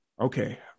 okay